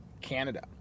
Canada